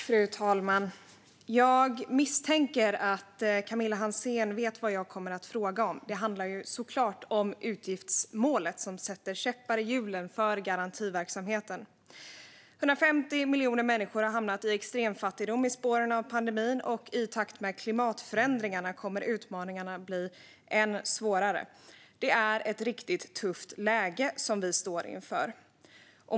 Fru talman! Jag misstänker att Camilla Hansén vet vad jag kommer att fråga om. Det handlar såklart om utgiftsmålet, som sätter käppar i hjulen för garantiverksamheten. 150 miljoner människor har hamnat i extremfattigdom i spåren av pandemin, och i takt med klimatförändringarna kommer utmaningarna att bli än svårare. Det är ett riktigt tufft läge som vi står inför.